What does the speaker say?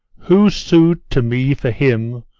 who su'd to me for him?